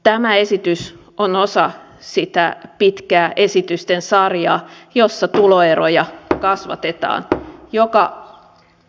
tämä esitys on osa sitä pitkää esitysten sarjaa joka osaltaan kasvattaa tuloeroja suomessa